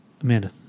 amanda